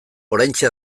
oraintxe